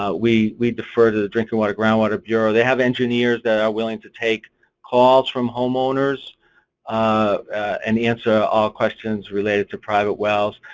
ah we we prefer to the drinking water groundwater bureau, they have engineers that are willing to take calls from homeowners and answer all questions related to private wells.